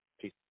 Peace